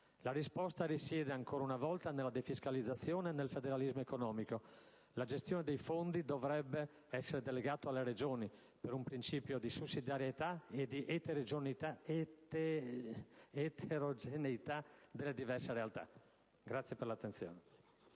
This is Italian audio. La risposta risiede ancora una volta nella defiscalizzazione e nel federalismo economico; quindi la gestione dei fondi dovrebbe essere delegata alle Regioni, e ciò per un principio di sussidiarietà e di eterogeneità delle diverse realtà. *(Applausi